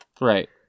Right